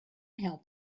help